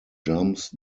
jumps